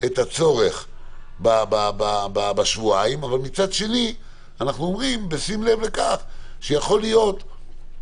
את הצורך בשבועיים אבל מצד שני אנחנו אומרים בשים לב לכך שיכול להיות,